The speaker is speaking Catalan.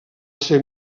ser